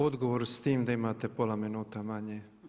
Odgovor s tim da imate pola minuta manje.